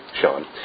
Sean